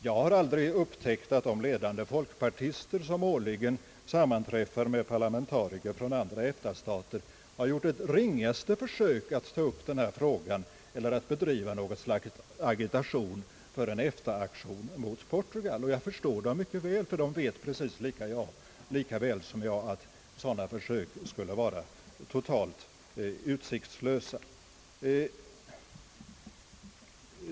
Jag har aldrig upptäckt att de 1ledande folkpartister, som årligen sammanträder med parlamentariker från andra EFTA-stater, gjort det ringaste försök att ta upp denna fråga eller att bedriva något slags agitation mot Portugal. Jag förstår dem också mycket väl, ty de vet precis lika väl som jag att sådana försök skulle vara totalt utsiktslösa.